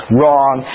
wrong